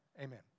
Amen